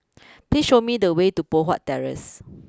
please show me the way to Poh Huat Terrace